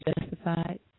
justified